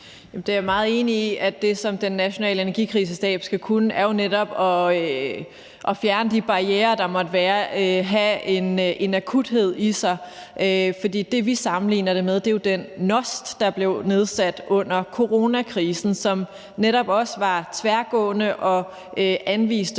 Jeg er meget enig i, at det, som den nationale energikrisestab skal kunne, jo netop er at fjerne de barrierer, der måtte være, og at kunne klare noget akut. For det, vi sammenligner det med, er jo den NOST, der blev nedsat under coronakrisen, og som netop også var tværgående og anviste